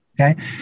Okay